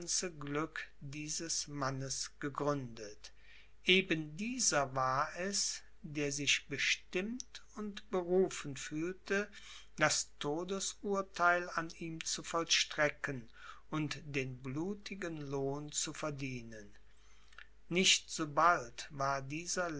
dieses mannes gegründet eben dieser war es der sich bestimmt und berufen fühlte das todesurtheil an ihm zu vollstrecken und den blutigen lohn zu verdienen nicht sobald war dieser